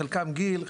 חלקן גיל,